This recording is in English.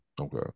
Okay